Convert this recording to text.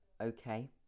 okay